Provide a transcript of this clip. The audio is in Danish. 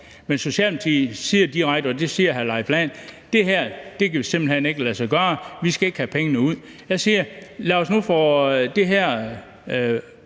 Men Socialdemokratiet siger direkte – det siger hr. Leif Lahn Jensen – at det her simpelt hen ikke kan lade sig gøre, og at vi ikke skal have pengene ud. Jeg siger: Lad os nu komme videre